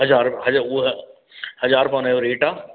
हज़ार हज़ार रुपिए हुनजो रेट आहे